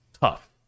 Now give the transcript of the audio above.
tough